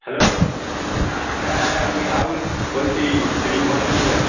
hello হ্যাঁ আমি রাহুল বলছি সিভিক ভলিনটিয়ার